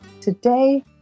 Today